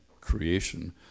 creation